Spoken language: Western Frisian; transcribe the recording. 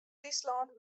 fryslân